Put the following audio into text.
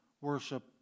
worship